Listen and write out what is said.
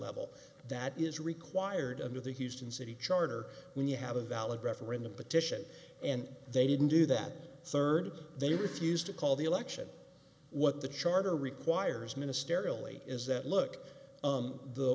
level that is required under the houston city charter when you have a valid referendum petition and they didn't do that third they refused to call the election what the charter requires ministerial late is that look